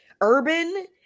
Urban